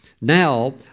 now